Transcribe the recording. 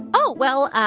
oh. well,